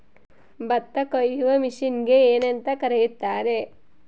ಭತ್ತ ಕೊಯ್ಯುವ ಮಿಷನ್ನಿಗೆ ಏನಂತ ಕರೆಯುತ್ತಾರೆ?